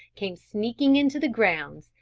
came sneaking into the grounds,